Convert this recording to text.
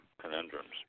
Conundrums